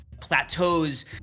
plateaus